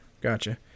Gotcha